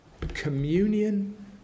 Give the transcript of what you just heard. Communion